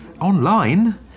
online